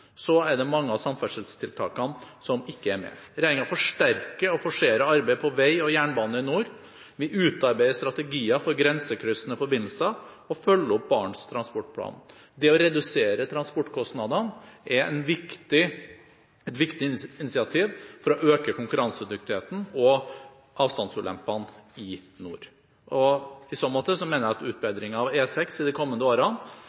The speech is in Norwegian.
er det mange av samferdselstiltakene som ikke er med. Regjeringen forsterker og forserer arbeidet på vei og jernbane i nord. Vi utarbeider strategier for grensekryssende forbindelser og følger opp Barents transportplan. Det å redusere transportkostnadene er et viktig initiativ for å øke konkurransedyktigheten og avstandsulempene i nord. I så måte mener jeg at utbedringen av E6 i de kommende årene,